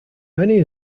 many